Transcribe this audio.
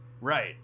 Right